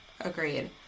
Agreed